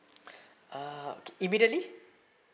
uh immediately